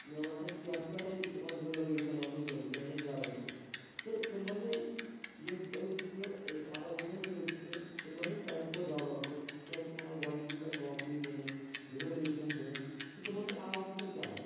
مےٚ باسَان شیٹھٕ پٮ۪ٹھٕے تمَن رِزرویشَن ٲمٕژ دِنہٕ تِہنٛدٮ۪ن جَدَن تہِ تہٕ تِم بَنے یِم أسۍ چھِ أسۍ چھِ اگر اوٚپُن میٚرِٹ چھِ تِم بَنے سانہِ کھۄتہٕ ڈٮ۪ولَپٕڑ تِکیازِ تِمَن آے گۄڈنِکی پٮ۪ٹھ نوکری دِنہٕ رِزرویشَن دِنہٕ تہٕ تِمَن چھِ آز تہِ سۄ چَلَان